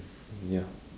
ya